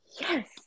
Yes